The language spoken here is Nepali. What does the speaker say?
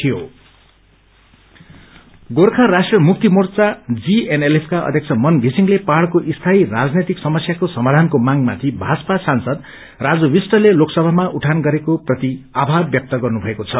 जीएनएलएफ गोर्खा राष्ट्रीय मुक्ति मोर्चा जीएनएलएफ क्र अध्यक्ष मन विसिङ्ते पहाइको स्थायी राजनैतिक समस्याको समाधानको माग माथि भाजपा सांसद राजु विष्टले लोकसभामा उठान गरेकोप्रति आभार व्यक्त गर्नुभएको छ